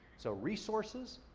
so resources,